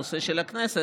בנושא של הכנסת,